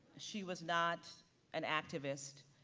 she was not an activist,